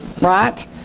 right